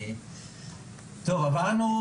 אנחנו,